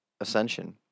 ascension